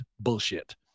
bullshit